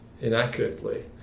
inaccurately